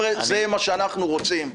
זה מה שאנחנו רוצים.